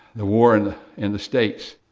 the war in the states,